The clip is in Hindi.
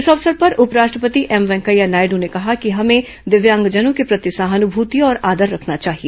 इस अवसर पर उपराष्ट्रपति एम वेंकैया नायडू ने कहा कि हमें दिव्यांगजनों के प्रति सहानमति और आदर रखना चाहिए